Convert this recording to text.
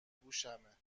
گوشمه